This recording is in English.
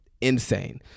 insane